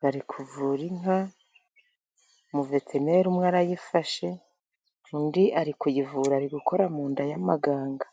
bari kuvura inka, umuveterineri umwe arayifashe, undi ari kuyivura, ari gukora mu nda y'amaganga.